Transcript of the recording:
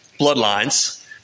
bloodlines